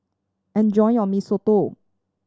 enjoy your Mee Soto